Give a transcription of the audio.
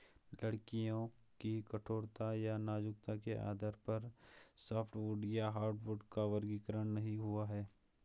लकड़ियों की कठोरता या नाजुकता के आधार पर सॉफ्टवुड या हार्डवुड का वर्गीकरण नहीं हुआ है